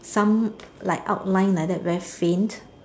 some like outline like that very faint